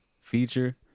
feature